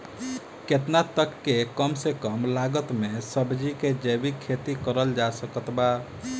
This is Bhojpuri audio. केतना तक के कम से कम लागत मे सब्जी के जैविक खेती करल जा सकत बा?